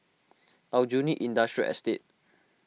Aljunied Industrial Estate